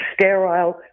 sterile